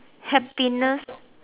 happiness